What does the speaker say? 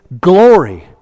glory